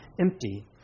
empty